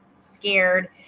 scared